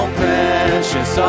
precious